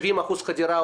אם מדברים על סוכרת,